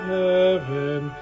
heaven